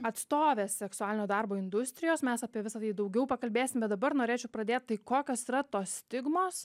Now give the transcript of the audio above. atstovės seksualinio darbo industrijos mes apie visa tai daugiau pakalbėsim bet dabar norėčiau pradėt tai kokios yra tos stigmos